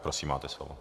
Prosím, máte slovo.